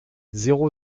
zéro